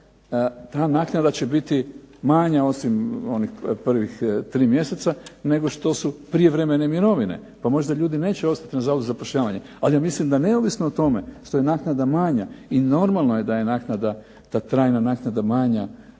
ta naknada će biti manja, osim onih prvih tri mjeseca nego što su prijevremene mirovine pa možda ljudi neće ostati na Zavodu za zapošljavanje. Ali ja mislim da neovisno o tome što je naknada manja i normalno je da je naknada, trajna naknada manja